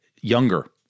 Younger